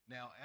Now